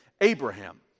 Abraham